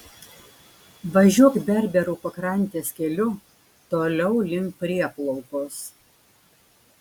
važiuok berberų pakrantės keliu toliau link prieplaukos